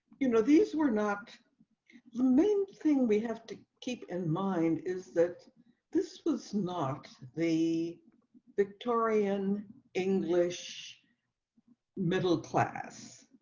you know, these were not main thing we have to keep in mind is that this was not the victorian english middle class.